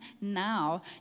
now